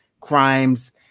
crimes